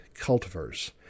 cultivars